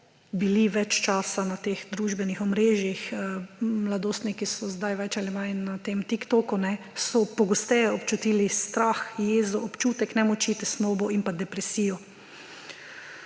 bili več časa na teh družbenih omrežjih, mladostniki so sedaj več ali manj na tem TikToku, so pogosteje občutili strah, jezo, občutek nemoči, tesnobo in depresijo.